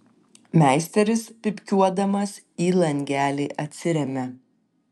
meisteris pypkiuodamas į langelį atsiremia